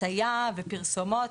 הטעיה ופרסומות,